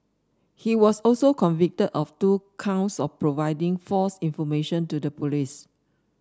he was also convicted of two counts of providing false information to the police